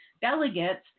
delegates